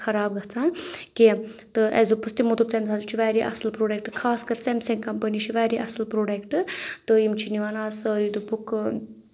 خراب گژھان کینٛہہ تہٕ اَسہِ دوٚپُس تِمو دوٚپ تَمہِ ساتہٕ چھِ واریاہ اَصٕل پرٛوڈَکٹہٕ خاص کَر سیمسنٛگ کَمپٔنی چھِ واریاہ اَصٕل پروڈَکٹہٕ تہٕ یِم چھِ نِوان اَز سٲری دوٚپُکھ